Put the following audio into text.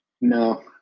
no